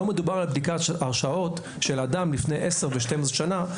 לא מדובר על בדיקת הרשעות של אדם לפני עשר ו-12 שנה,